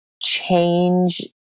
change